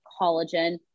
collagen